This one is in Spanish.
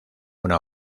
una